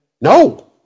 No